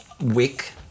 week